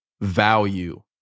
Value